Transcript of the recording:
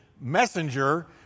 messenger